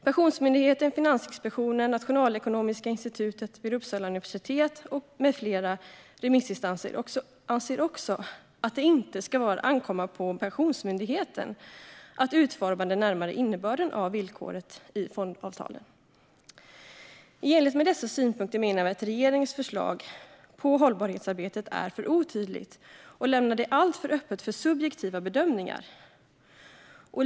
Pensionsmyndigheten, Finansinspektionen, Nationalekonomiska institutionen vid Uppsala universitet med flera remissinstanser anser också att det inte ska ankomma på Pensionsmyndigheten att utforma den närmare innebörden av villkoret i fondavtalen. I enlighet med dessa synpunkter menar vi att regeringens förslag om hållbarhetsarbetet är för otydligt och lämnar det alltför öppet för subjektiva bedömningar.